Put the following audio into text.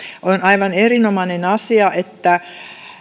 on aivan erinomainen asia että